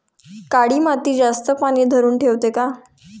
काळी माती जास्त पानी धरुन ठेवते का?